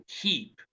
keep